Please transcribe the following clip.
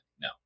No